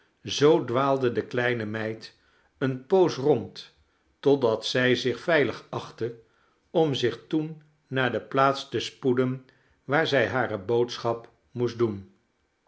zoo dwaalde de kleine meid eene poos rond totdat zij zich veilig achtte om zich toen naar de plaats te spoeden waar zij hare boodschap moest doen